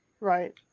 right